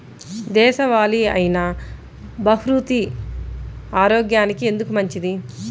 దేశవాలి అయినా బహ్రూతి ఆరోగ్యానికి ఎందుకు మంచిది?